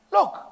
Look